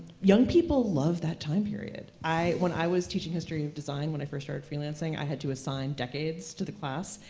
young people love that time period. when i was teaching history of design, when i first started freelancing, i had to assign decades to the class,